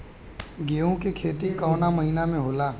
गेहूँ के खेती कवना महीना में होला?